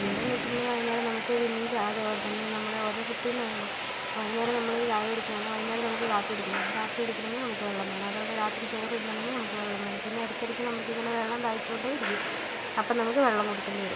പിന്നെയെന്ന് വെച്ചിട്ടുണ്ടെങ്കിൽ വൈകുന്നേരം നമുക്ക് പിന്നെയും ചായ അതേപോലെത്തന്നെ നമ്മുടെ ഓരോ റൂട്ടീൻ ആണല്ലോ വൈകുന്നേരം നമ്മൾ ചായ കുടിക്കുകയാണ് വൈകുന്നേരം നമുക്ക് കാപ്പി കുടിക്കേണ്ടി വരും കാപ്പി കുടിക്കണമെങ്കിൽ നമുക്ക് വെള്ളം വേണം അതുപോലെ രാത്രി ചോറ് തിന്നണമെങ്കിൽ നമുക്ക് വെള്ളം വേണം പിന്നെ ഇടക്ക് ഇടക്ക് നമുക്ക് ഇങ്ങനെ വെള്ളം ദാഹിച്ചുകൊണ്ടേയിരിക്കും അപ്പം നമുക്ക് വെള്ളം കുടിക്കേണ്ടി വരും